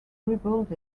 rebuilt